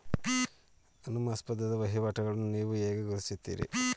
ಅನುಮಾನಾಸ್ಪದ ವಹಿವಾಟುಗಳನ್ನು ನೀವು ಹೇಗೆ ಗುರುತಿಸುತ್ತೀರಿ?